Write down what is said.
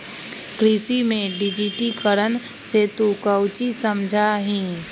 कृषि में डिजिटिकरण से तू काउची समझा हीं?